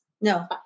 no